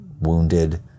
wounded